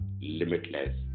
limitless